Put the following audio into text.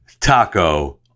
Taco